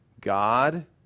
God